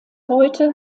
heute